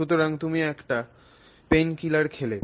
সুতরাং তুমি একটি ব্যথানাশক খেলে